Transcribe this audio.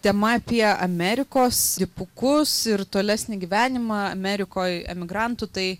tema apie amerikos dipukus ir tolesnį gyvenimą amerikoj emigrantų tai